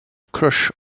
crush